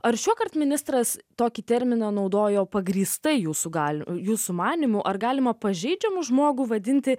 ar šiuokart ministras tokį terminą naudojo pagrįstai jūsų gal jūsų manymu ar galima pažeidžiamą žmogų vadinti